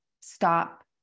stop